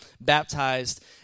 baptized